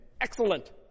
Excellent